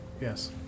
Yes